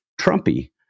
Trumpy